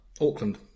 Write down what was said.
Auckland